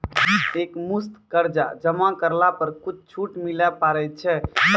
एक मुस्त कर्जा जमा करला पर कुछ छुट मिले पारे छै?